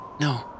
No